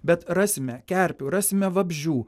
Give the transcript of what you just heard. bet rasime kerpių rasime vabzdžių